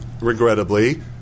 regrettably